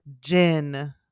Jin